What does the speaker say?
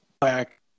back